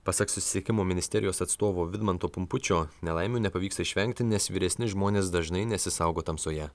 pasak susisiekimo ministerijos atstovo vidmanto pumpučio nelaimių nepavyksta išvengti nes vyresni žmonės dažnai nesisaugo tamsoje